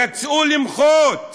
יצאו למחות.